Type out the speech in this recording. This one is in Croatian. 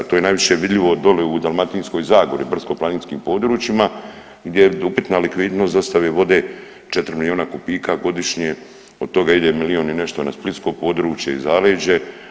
To je najviše vidljivo dole u Dalmatinskoj zagori, brdsko-planinskim područjima gdje je upitna likvidnost dostave vode 4 milijuna kubika godišnje od toga ide milijun i nešto na splitsko područje i zaleđe.